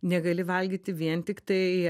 negali valgyti vien tiktai